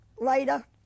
later